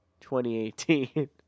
2018